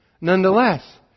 nonetheless